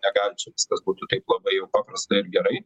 negali čia viskas būtų taip labai jau paprasta ir gerai